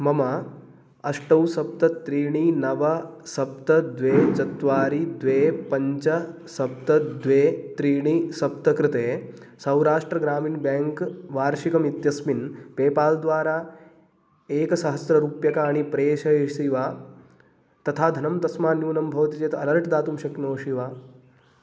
मम अष्टौ सप्त त्रीणि नव सप्त द्वे चत्वारि द्वे पञ्च सप्त द्वे त्रीणि सप्त कृते सौराष्ट्रग्रामिण् बेङ्क् वार्षिकमित्यस्मिन् पेपाल् द्वारा एकसहस्रं रूप्यकाणि प्रेषयिसि वा तथा धनं तस्मात् न्यूनं भवति चेत् अलर्ट् दातुं शक्नोषि वा